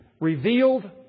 revealed